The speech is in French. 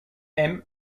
aiment